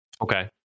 Okay